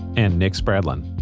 and nick spradlin.